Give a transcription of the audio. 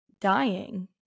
dying